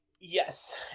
Yes